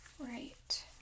Right